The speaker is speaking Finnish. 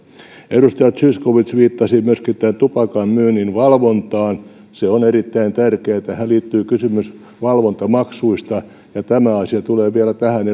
edustaja zyskowicz viittasi myöskin tupakan myynnin valvontaan se on erittäin tärkeätä tähän liittyy kysymys valvontamaksuista ja tämä asia tulee vielä tähän